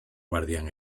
guardián